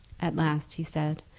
at last he said,